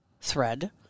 thread